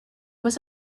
was